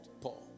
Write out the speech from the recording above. Paul